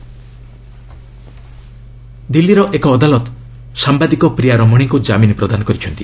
court bail Ramani ଦିଲ୍ଲୀର ଏକ ଅଦାଲତ ସାମ୍ବାଦିକ ପ୍ରିୟା ରମଣିଙ୍କୁ ଜାମିନ୍ ପ୍ରଦାନ କରିଛନ୍ତି